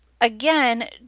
again